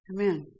Amen